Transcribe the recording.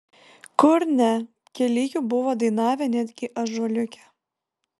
kur ne keli jų buvo dainavę netgi ąžuoliuke